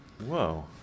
Whoa